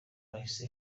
hahise